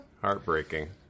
Heartbreaking